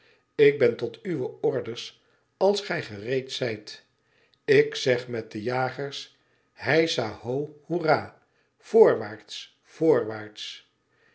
ik ben tot uwe orders als gij gereed zijt ik zeg met de jagers heisa ho hoera voorwaarts voorwaarts